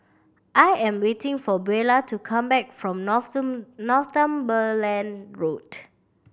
I am waiting for Beula to come back from Northumberland Road